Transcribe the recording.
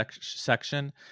section